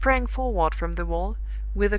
he sprang forward from the wall,